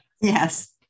Yes